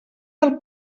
del